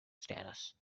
status